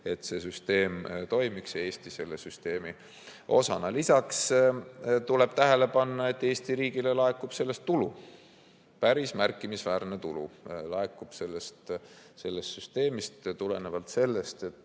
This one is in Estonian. et see süsteem toimiks ja Eesti selle süsteemi osana. Lisaks tuleb tähele panna, et Eesti riigile laekub sellest tulu. Päris märkimisväärne tulu laekub sellest süsteemist tulenevalt sellest, et